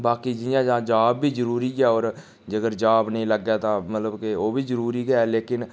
बाकी जियां जाब बी जरूरी ऐ होर जेकर जाब नेईं लग्गै तां मतलब कि ओह् बी जरूरी गै ऐ लेकिन